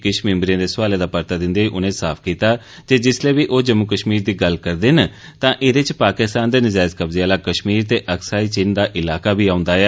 किश मिम्बरें दे सोआलें दा परता दिंदे होई उनें साफ कीता जे जिसलै बी ओ जम्मू कश्मीर दी गल्ल करदे न तां एहदे च पाकिस्तान दे नजैज कब्जे आहला कश्मीर ते अक्साई चिन दा ईलाका बी औंदा ऐ